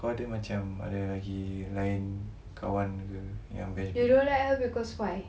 kau ada macam ada lagi lain kawan ke